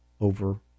over